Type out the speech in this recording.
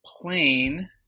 plane